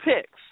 picks